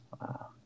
wow